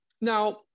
Now